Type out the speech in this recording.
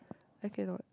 I cannot